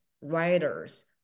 writers